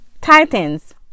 Titans